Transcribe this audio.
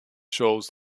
shows